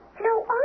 No